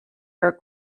her